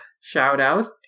shout-out